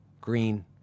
green